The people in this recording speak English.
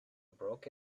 broke